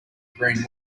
green